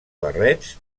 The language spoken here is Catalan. barrets